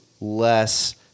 less